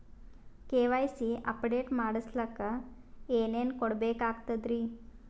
KYC update ಮಾಡಸ್ಲಕ ಏನೇನ ಕೊಡಬೇಕಾಗ್ತದ್ರಿ?